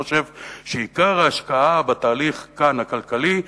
אני חושב שעיקר ההשקעה בתהליך הכלכלי כאן,